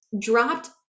dropped